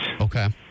Okay